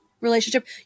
relationship